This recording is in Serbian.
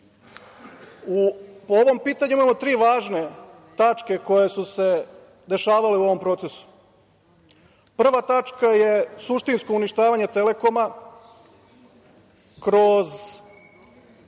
u ovom pitanju imamo tri važne tačke koje su se dešavale u ovom procesu. Prva tačka je suštinsko uništavanje „Telekoma“ kroz